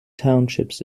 townships